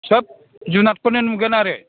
सोब जुनारखौनो नुगोन आरो